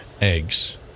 eggs